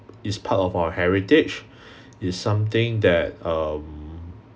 is part of our heritage is something that um